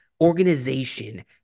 organization